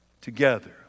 together